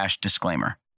disclaimer